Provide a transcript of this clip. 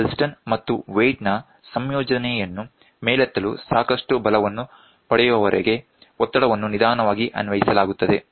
piston ಮತ್ತು weight ನ ಸಂಯೋಜನೆಯನ್ನು ಮೇಲೆತ್ತಲು ಸಾಕಷ್ಟು ಬಲವನ್ನು ಪಡೆಯುವವರೆಗೆ ಒತ್ತಡವನ್ನು ನಿಧಾನವಾಗಿ ಅನ್ವಯಿಸಲಾಗುತ್ತದೆ